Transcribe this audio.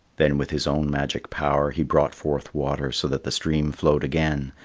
then with his own magic power he brought forth water so that the stream flowed again,